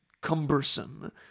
cumbersome